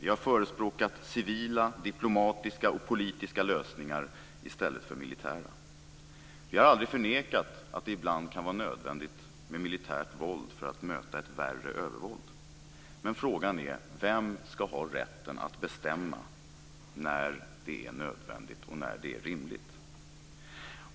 Vi har förespråkat civila, diplomatiska och politiska lösningar i stället för militära. Vi har aldrig förnekat att det ibland kan vara nödvändigt med militärt våld för att möta ett värre övervåld, men frågan är: Vem skall ha rätten att bestämma när det är nödvändigt och när det är rimligt?